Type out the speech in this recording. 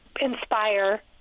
inspire